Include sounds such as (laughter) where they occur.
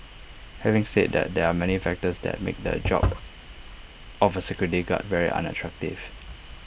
having said that there are many factors that make the job (noise) of A security guard very unattractive